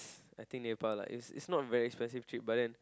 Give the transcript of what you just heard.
I think Nepal lah it's it's not a very expensive trip but then